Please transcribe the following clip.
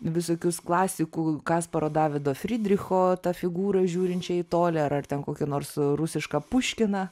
visokius klasikų kasparo davido frydricho tą figūrą žiūrinčią į tolį ar ar ten kokį nors rusiška puškiną